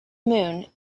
moon